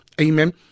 amen